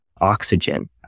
oxygen